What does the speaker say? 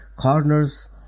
corners